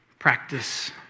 Practice